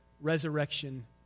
resurrection